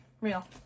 real